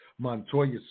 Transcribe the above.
Montoya